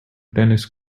tennis